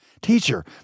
Teacher